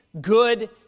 good